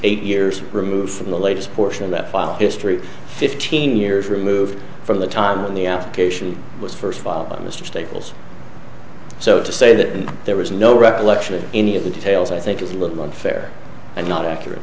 eight years removed from the latest portion of that file history fifteen years removed from the time when the application was first filed by mr stables so to say that there was no recollection of any of the details i think is a little unfair and not accurate